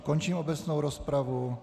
Končím obecnou rozpravu.